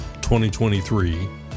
2023